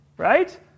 Right